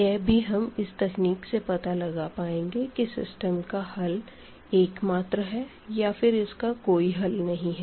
यह भी हम इस तकनीक से पता लगा पाएंगे कि सिस्टम का हल एक मात्र है या फिर इसका कोई हल नहीं है